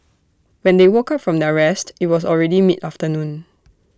when they woke up from their rest IT was already mid afternoon